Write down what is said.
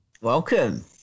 Welcome